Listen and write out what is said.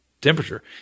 temperature